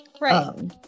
Right